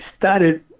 started